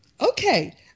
Okay